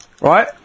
Right